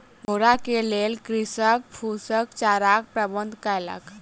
घोड़ा के लेल कृषक फूसक चाराक प्रबंध केलक